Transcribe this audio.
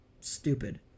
stupid